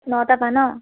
নটা পা ন